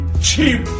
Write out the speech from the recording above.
Cheap